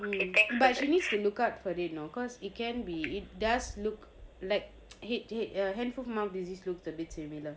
but she needs to look out for it know because it can be it does look like H_H err hand foot mouth disease looks a bit similar